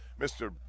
mr